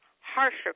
harsher